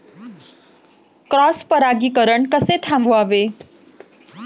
Cross परागीकरण कसे थांबवावे?